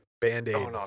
band-aid